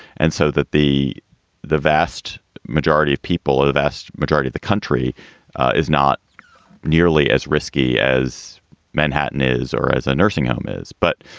and so that the the vast majority of people are the vast majority of the country is not nearly as risky as manhattan is or as a nursing home is. but